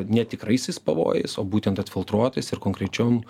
netikraisiais pavojais o būtent atfiltruotais ir konkrečiom